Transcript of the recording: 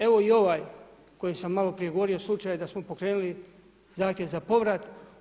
Evo i ovaj koji smo maloprije govorio slučaj da smo pokrenuli zahtjev za povrat.